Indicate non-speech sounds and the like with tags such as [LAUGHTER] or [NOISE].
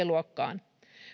[UNINTELLIGIBLE] luokkaan